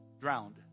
drowned